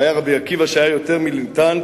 והיה רבי עקיבא, שהיה יותר מיליטנטי.